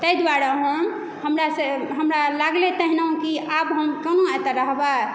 ताहि दुआरे हम हमरासँ हमरा लागलै तेहन की आब हम कहाॅं एतय रहबै